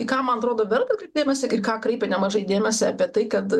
į ką man atrodo verta kreipt dėmesį ir ką kreipia nemažai dėmesį apie tai kad